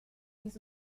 his